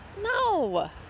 No